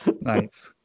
nice